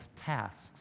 tasks